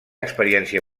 experiència